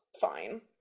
Fine